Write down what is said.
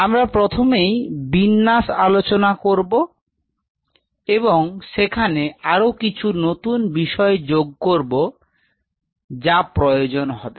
আমরা প্রথমেই বিন্যাস আলোচনা করব এবং সেখানে আরও কিছু নতুন বিষয় যোগ করব যা প্রয়োজন হবে